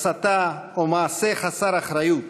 הסתה או מעשה חסר אחריות